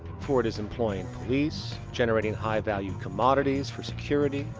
for it is employing police, generating high-value commodities for security,